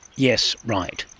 yes, right.